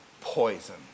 poison